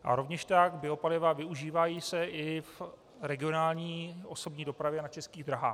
A rovněž tak se biopaliva využívají i v regionální osobní dopravě na Českých dráhách.